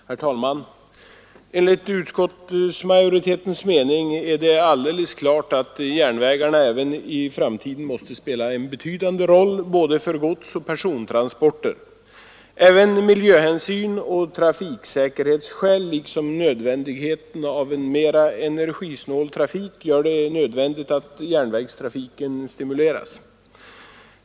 Herr talman! Enligt utskottsmajoritetens mening är det alldeles klart att järnvägarna även i framtiden måste spela en betydande roll för både godsoch persontransporter. Även miljöhänsyn och trafiksäkerhetsskäl liksom nödvändigheten av en mera energisnål trafik gör det nödvändigt att järnvägstrafiken stimuleras.